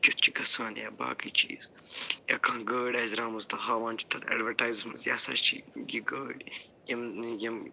یہِ کیُتھ چھِ گَژھان یا باقٕے چیٖز یا کانٛہہ گاڑۍ آسہِ درامٕژ تہٕ ہاوان چھِ تتھ اٮ۪ڈوٹایزس منٛز یِسا چھِ یہِ گٲڑۍ یِم